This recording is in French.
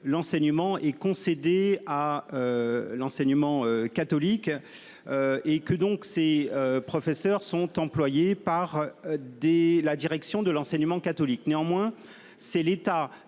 l'enseignement est concédé à l'enseignement catholique. Ces professeurs sont donc employés par la direction de l'enseignement catholique. Néanmoins, l'État